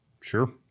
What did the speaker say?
Sure